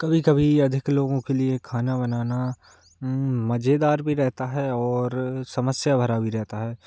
कभी कभी अधिक लोगों के लिए खाना बनाना मज़ेदार भी रहता है और समस्या भरा भी रहता है